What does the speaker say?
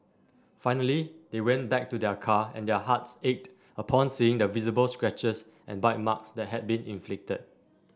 finally they went back to their car and their hearts ached upon seeing the visible scratches and bite marks that had been inflicted